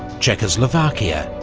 czechoslovakia,